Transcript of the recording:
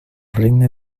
regne